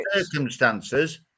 Circumstances